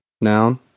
Noun